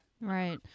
right